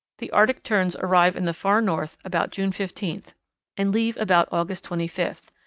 the arctic terns arrive in the far north about june fifteenth and leave about august twenty-fifth,